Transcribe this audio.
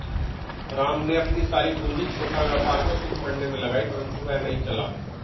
राम ने अपनी सारी पूंजी छोटा व्यापार को शुरू करने मे लगाई परन्तु वह नहीं चला